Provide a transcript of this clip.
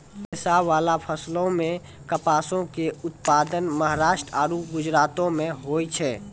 रेशाबाला फसलो मे कपासो के उत्पादन महाराष्ट्र आरु गुजरातो मे होय छै